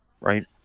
Right